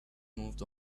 moved